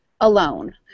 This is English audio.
alone